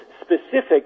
specific